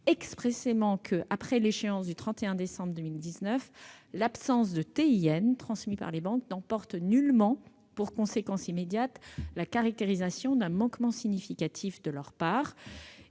expressément que, après l'échéance du 31 décembre 2019, le défaut de transmission d'un TIN par les banques n'emporte nullement pour conséquence immédiate la caractérisation d'un manquement significatif de leur part.